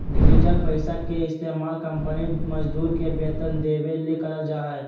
digital पैसा के इस्तमाल कंपनी मजदूर के वेतन देबे ले करल जा हइ